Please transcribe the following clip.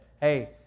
hey